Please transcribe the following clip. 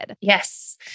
Yes